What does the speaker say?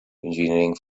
engineering